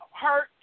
hurt